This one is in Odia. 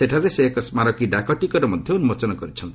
ସେଠାରେ ସେ ଏକ ସ୍କାରକୀ ଡାକଟିକଟ ମଧ୍ୟ ଉନ୍କୋଚନ କରିଛନ୍ତି